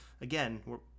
again